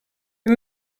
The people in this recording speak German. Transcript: wir